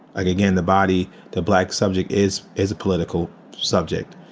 again, the body, the black subject is is a political subject.